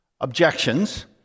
objections